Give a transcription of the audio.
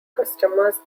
customers